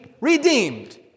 redeemed